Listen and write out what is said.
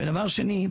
ודבר שני,